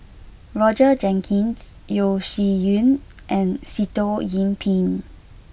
Roger Jenkins Yeo Shih Yun and Sitoh Yih Pin